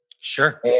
Sure